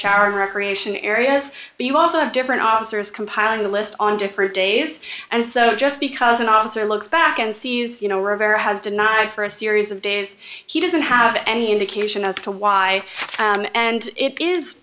sharon recreation areas but you also have different officers compiling the list on different days and so just because an officer looks back and sees you know rivera has denied for a series of days he doesn't have any indication as to why and it is